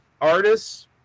artists